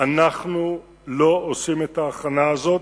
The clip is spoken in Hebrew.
אנחנו לא עושים את ההכנה הזאת.